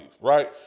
right